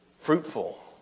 Fruitful